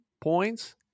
points